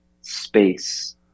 space